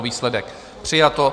Výsledek: přijato.